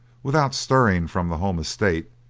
without stirring from the home estate,